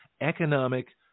economic